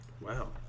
Wow